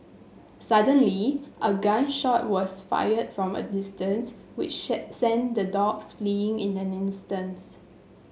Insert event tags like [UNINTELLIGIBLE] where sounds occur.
suddenly a gun shot was fired from a distance which [UNINTELLIGIBLE] sent the dogs fleeing in an instance